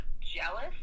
Jealous